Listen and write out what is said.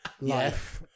life